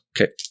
Okay